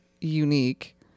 unique